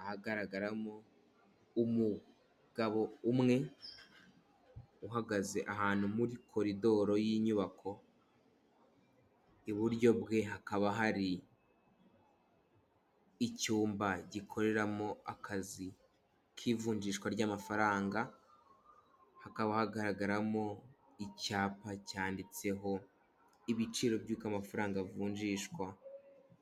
Ahagaragaramo umugabo umwe uhagaze ahantu muri koridoro y'inyubako, iburyo bwe hakaba har’icyumba gikoreramo akazi k'ivunjishwa ry'amafaranga, hakaba hagaragaramo icyapa cyanditseho ibiciro by'uko amafaranga avunjishwa,